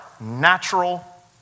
natural